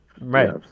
Right